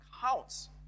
counts